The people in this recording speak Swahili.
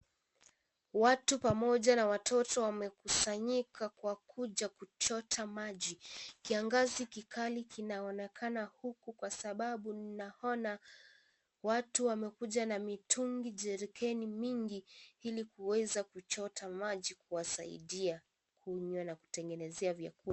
Watu pamoja na watoto wamekusanyika kwa kuja kuchota maji. Kiangazi kikali kinaonekana huku kwa sababu naona watu wamekuja na mitungi jerikeni mingi ili kuweza kuchota maji kuwasaidia kunywa na kutengenezea vyakula.